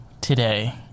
today